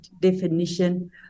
definition